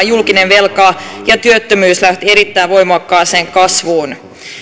julkinen velka ja työttömyys lähtivät erittäin voimakkaaseen kasvuun